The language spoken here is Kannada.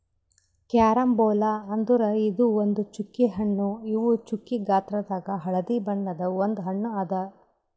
ಕ್ಯಾರಂಬೋಲಾ ಅಂದುರ್ ಇದು ಒಂದ್ ಚ್ಚುಕಿ ಹಣ್ಣು ಇವು ಚ್ಚುಕಿ ಗಾತ್ರದಾಗ್ ಹಳದಿ ಬಣ್ಣದ ಒಂದ್ ಹಣ್ಣು ಅದಾ